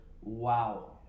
Wow